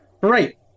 Right